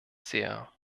sehr